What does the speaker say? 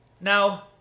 Now